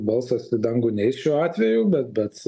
balsas į dangų neis šiuo atveju bet bet